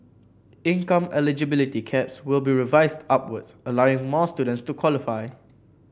income eligibility caps will be revised upwards allowing more students to qualify